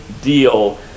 deal